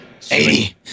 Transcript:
80